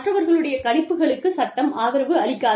மற்றவர்களுடைய கணிப்புகளுக்கு சட்டம் ஆதரவு அளிக்காது